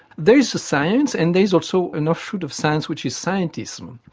there is a science, and there is also an offshoot of science which is scientism,